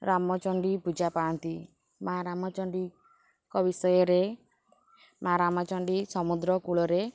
ରାମଚଣ୍ଡୀ ପୂଜା ପାଆନ୍ତି ମାଆ ରାମଚଣ୍ଡୀଙ୍କ ବିଷୟରେ ମାଆ ରାମଚଣ୍ଡୀ ସମୁଦ୍ର କୂଳରେ